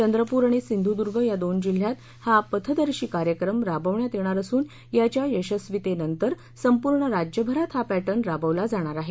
चंद्रपूर आणि सिंधुद्र्ग या दोन जिल्ह्यात हा पथदर्शी कार्यक्रम राबविण्यात येत असून याच्या यशस्वीतेनंतर संपूर्ण राज्यभरात हा पर्ट्ये राबविला जाणार आहे